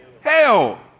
Hell